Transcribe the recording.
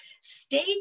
stay